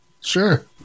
Sure